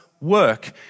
work